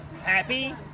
Happy